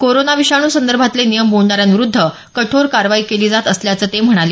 corona विषाणूसंदर्भातले नियम मोडणाऱ्यांविरुद्ध कठोर कारवाई केली जात असल्याचं ते म्हणाले